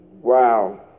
Wow